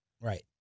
right